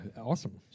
awesome